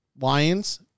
Lions